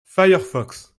firefox